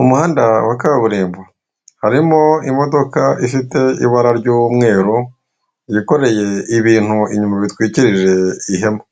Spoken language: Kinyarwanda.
Umuhanda wa kaburimbo harimo imodoka ifite ibara ry'umweru yikoreye ibintu inyuma bitwikirije ihema,